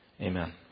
Amen